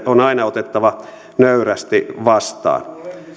on aina otettava nöyrästi vastaan